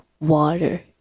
water